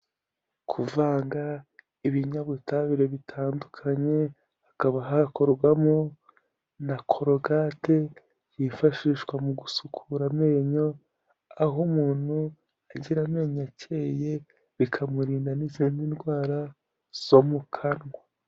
Kuvanga ibinyabutabire bitandukanye, hakaba hakorwamo na korogate, yifashishwa mu gusukura amenyo. Aho umuntu agira amenyo akeye bikamurinda n'izindi ndwara zo mu kanwa.